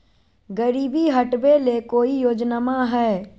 गरीबी हटबे ले कोई योजनामा हय?